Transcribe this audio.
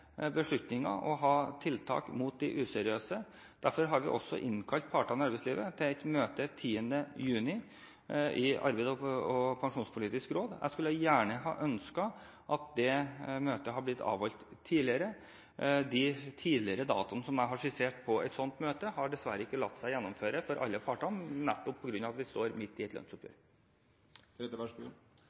beslutninger og ha tiltak mot de useriøse. Derfor har vi innkalt partene i arbeidslivet til et møte den 10. juni i Arbeidslivs- og pensjonspolitisk råd. Jeg kunne gjerne ha ønsket at det møtet hadde blitt avholdt tidligere. De tidligere datoene som jeg har skissert for et slikt møte, har dessverre ikke latt seg gjennomføre for alle partene, nettopp på grunn av at vi står midt oppe i et lønnsoppgjør.